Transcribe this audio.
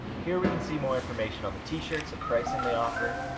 here we can see more information on the t-shirts and pricing they offer.